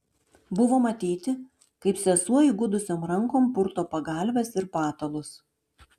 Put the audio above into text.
buvo matyti kaip sesuo įgudusiom rankom purto pagalves ir patalus